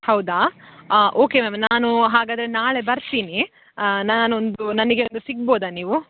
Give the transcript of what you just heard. ಹೌದಾ okay ma'am ನಾನು ಹಾಗಾದರೆ ನಾಳೆ ಬರ್ತೀನಿ ನಾನೊಂದು ನನಗೆ ಒಂದು ಸಿಗ್ಬೋದಾ ನೀವು